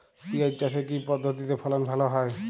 পিঁয়াজ চাষে কি পদ্ধতিতে ফলন ভালো হয়?